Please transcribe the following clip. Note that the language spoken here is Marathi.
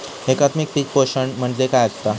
एकात्मिक पीक पोषण म्हणजे काय असतां?